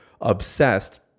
obsessed